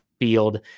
field